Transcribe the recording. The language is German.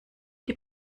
die